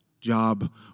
job